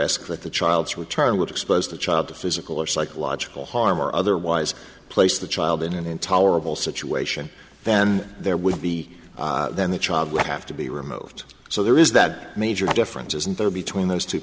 that the child's return would expose the child to physical or psychological harm or otherwise place the child in an intolerable situation then there would be then the child would have to be removed so there is that major difference isn't there between those two